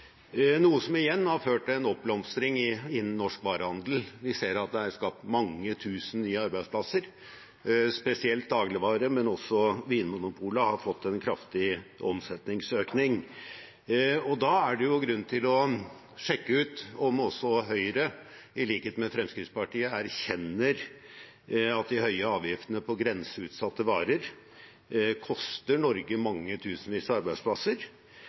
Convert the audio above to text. noe som igjen har ført til en oppblomstring innen norsk varehandel. Vi ser at det er skapt mange tusen nye arbeidsplasser, spesielt innenfor dagligvarehandelen, men også Vinmonopolet har fått en kraftig omsetningsøkning. Da er det grunn til å sjekke om også Høyre – i likhet med Fremskrittspartiet – erkjenner at de høye avgiftene på grenseutsatte varer koster Norge mange tusen arbeidsplasser.